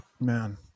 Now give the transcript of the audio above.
man